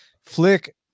Flick